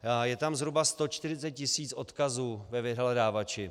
Je tam zhruba 140 tisíc odkazů ve vyhledávači.